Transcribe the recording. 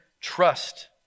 trust